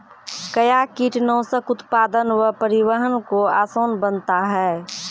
कया कीटनासक उत्पादन व परिवहन को आसान बनता हैं?